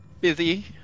busy